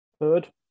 third